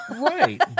Right